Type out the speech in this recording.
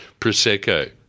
Prosecco